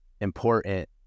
important